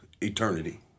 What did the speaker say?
eternity